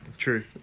True